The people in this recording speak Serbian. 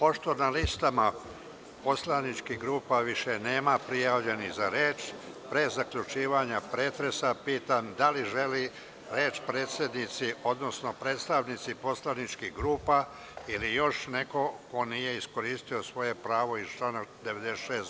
Pošto na listama poslaničkih grupa više nema prijavljenih za reč, pre zaključivanja pretresa pitam da li žele reč predsednici, odnosno predstavnici poslaničkih grupa ili još neko ko nije iskoristio svoje pravo iz člana 96.